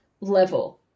level